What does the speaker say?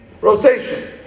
rotation